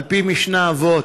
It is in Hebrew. על פי משנה, אבות: